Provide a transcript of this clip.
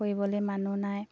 কৰিবলৈ মানুহ নাই